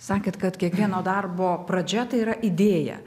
sakėt kad kiekvieno darbo pradžia tai yra idėja